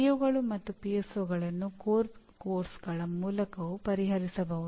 ಪಿಒಗಳು ಮೂಲ ಪಠ್ಯಕ್ರಮಗಳ ಮೂಲಕವೂ ಪರಿಹರಿಸಬಹುದು